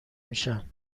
میشن